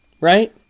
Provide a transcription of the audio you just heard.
right